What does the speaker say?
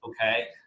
okay